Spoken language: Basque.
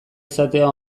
izatea